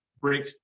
break